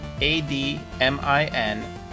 a-d-m-i-n